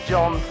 John